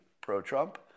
pro-Trump